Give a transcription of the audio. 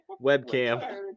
webcam